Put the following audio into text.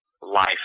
life